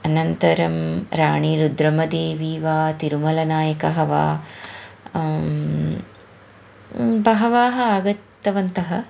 अनन्तरं राणीरुद्रम्मदेवी वा तिरुमलनायकः वा बहवः आगतवन्तः